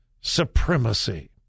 supremacy